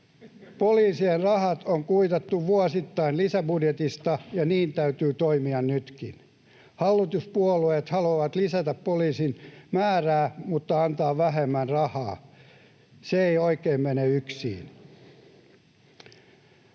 Poliisien rahat on kuitattu vuosittain lisäbudjetista, ja niin täytyy toimia nytkin. Hallituspuolueet haluavat lisätä poliisien määrää mutta antaa vähemmän rahaa. Se ei oikein mene yksiin.